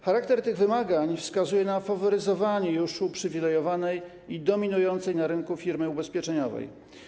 Charakter tych wymagań wskazuje na faworyzowanie już i tak uprzywilejowanej i dominującej na rynku firmy ubezpieczeniowej.